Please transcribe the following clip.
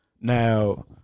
Now